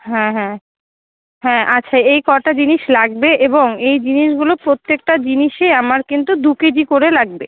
হ্যাঁ হ্যাঁ হ্যাঁ আচ্ছা এই কটা জিনিস লাগবে এবং এই জিনিসগুলো প্রত্যেকটা জিনিসই আমার কিন্তু দু কেজি করে লাগবে